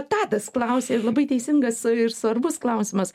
tadas klausia ir labai teisingas ir svarbus klausimas